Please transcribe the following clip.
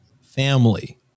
family